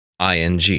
ing